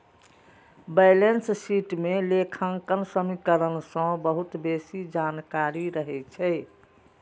balance sheet मे लेखांकन समीकरण सं बहुत बेसी जानकारी रहै छै